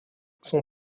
son